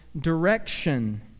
direction